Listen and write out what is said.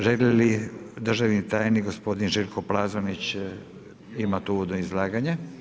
Želi li državni tajnik, gospodin Željko Plazonić imati uvodno izlaganje?